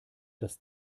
das